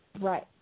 Right